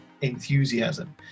enthusiasm